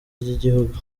ry’igihugu